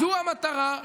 זו המטרה.